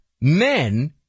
men